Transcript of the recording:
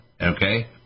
Okay